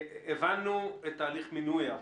הבנו את תהליך מינוי האפוטרופוס.